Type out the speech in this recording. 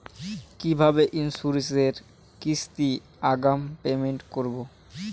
কিভাবে ইন্সুরেন্স এর কিস্তি আগাম পেমেন্ট করবো?